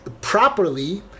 properly